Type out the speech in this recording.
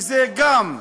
זה גם השיח'